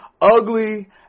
ugly